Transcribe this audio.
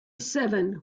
seven